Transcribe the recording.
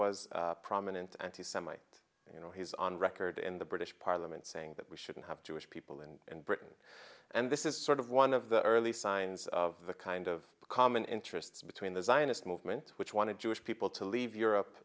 was prominent anti semite you know he's on record in the british parliament saying that we shouldn't have to as people in britain and this is sort of one of the early signs of the kind of common interests between the zionist movement which wanted jewish people to leave europe